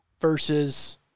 versus